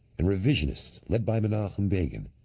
and revisionists, led by menachem begin,